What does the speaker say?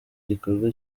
gikorwa